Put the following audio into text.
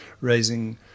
raising